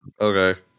Okay